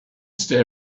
stay